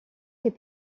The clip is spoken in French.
est